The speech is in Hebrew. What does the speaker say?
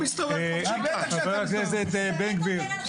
חבר הכנסת בן גביר.